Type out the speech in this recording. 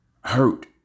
Hurt